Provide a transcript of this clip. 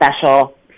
special